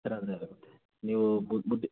ನೀವು ಮುದ್ದೆ ಮುದ್ದೆ